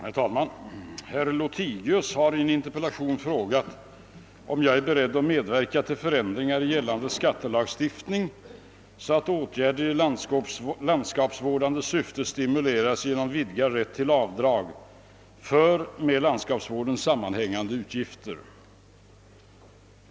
Herr talman! Herr Lothigius har i en interpellation frågat mig om jag är beredd att medverka till förändringar i gällande skattelagstiftning, så att åtgärder i landskapsvårdande syfte stimuleras genom vidgad rätt till avdrag för sådana med landskapsvården sammanhängande utgifter.